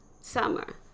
summer